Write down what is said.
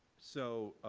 so